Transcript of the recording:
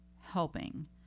helping